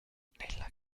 nella